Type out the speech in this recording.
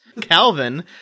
Calvin